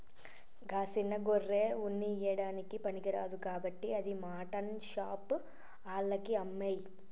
గా సిన్న గొర్రె ఉన్ని ఇయ్యడానికి పనికిరాదు కాబట్టి అది మాటన్ షాప్ ఆళ్లకి అమ్మేయి